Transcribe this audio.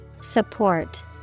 Support